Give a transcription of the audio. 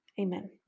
Amen